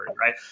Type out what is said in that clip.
right